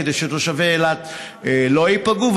כדי שתושבי אילת לא ייפגעו.